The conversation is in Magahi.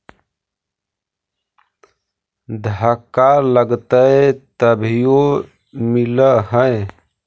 धक्का लगतय तभीयो मिल है?